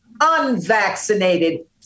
unvaccinated